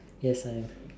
yes I am